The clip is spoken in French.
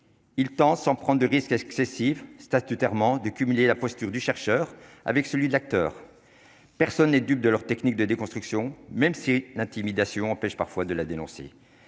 il tend sans prendre de risques excessifs statutairement de cumuler la posture du chercheur avec celui de l'acteur, personne n'est dupe de leurs techniques de déconstruction, même si l'intimidation empêche parfois de la dénoncer,